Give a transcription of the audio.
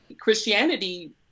Christianity